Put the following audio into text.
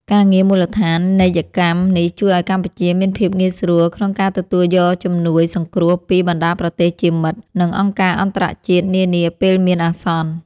ការងារមូលដ្ឋានីយកម្មនេះជួយឱ្យកម្ពុជាមានភាពងាយស្រួលក្នុងការទទួលយកជំនួយសង្គ្រោះពីបណ្តាប្រទេសជាមិត្ត និងអង្គការអន្តរជាតិនានាពេលមានអាសន្ន។